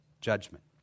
judgment